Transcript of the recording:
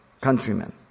countrymen